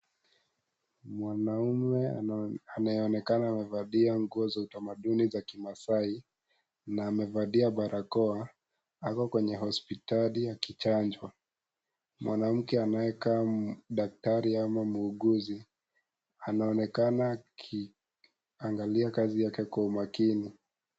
Mwanaume anayeonekana amevalia nguo za utamaduni za kimasai na amevalia barakoa ako kwenye hospitali akichanjwa. Mwanamke anayekaa daktari au muuguzi anaonekana aki angalia kazi yake kwa umakini sana.